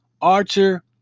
Archer